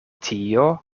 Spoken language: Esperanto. tio